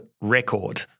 record